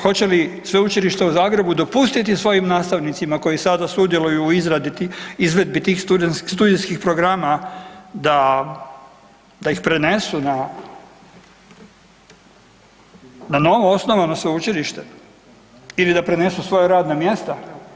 Hoće li Sveučilište u Zagrebu dopustiti svojim nastavnicima koji sada sudjeluju u izradi tih, izvedbi tih studijskih programa da, da ih prenesu na, na novo osnovano sveučilište ili da prenesu svoja radna mjesta, koeficijente?